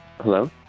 Hello